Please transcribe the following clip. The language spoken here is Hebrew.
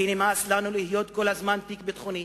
כי נמאס לנו להיות כל הזמן תיק ביטחוני,